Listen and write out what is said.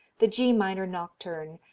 the g minor nocturne,